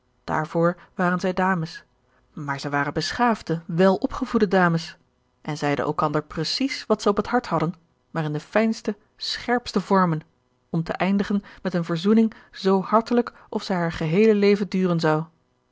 daarvoor waren zij dames maar zij waren beschaafde wèl opgevoede dames en zeiden elkander precies wat zij op het hart hadden maar in de fijnste scherpste vormen om te eindigen met eene verzoening zoo hartelijk of zij haar geheele leven duren zou